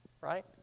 right